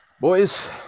Boys